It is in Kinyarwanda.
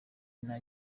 nta